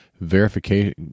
Verification